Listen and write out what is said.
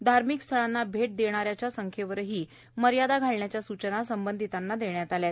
धार्मिक स्थळांना भेट देणाऱ्याच्या संख्येवरही मर्यादा घालण्याच्या सूचना संबंधितांना देण्यात आल्या आहेत